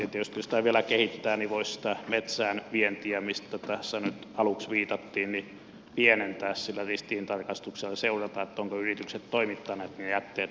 tietysti jos tätä vielä kehittää niin voisi sitä metsään vientiä mihin tässä nyt aluksi viitattiin pienentää sillä ristiintarkastuksella seurata ovatko yritykset toimittaneet ne jätteet mitä on tullut sinne